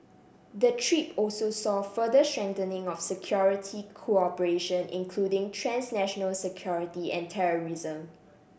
the trip also saw further strengthening of security cooperation including transnational security and terrorism